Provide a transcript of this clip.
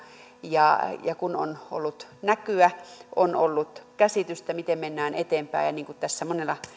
kun on ollut näkyä on ollut käsitystä miten mennään eteenpäin ja niin kuin